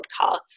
podcasts